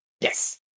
Yes